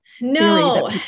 No